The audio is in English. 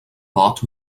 lot